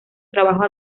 trabajos